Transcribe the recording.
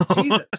Jesus